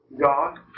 God